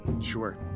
sure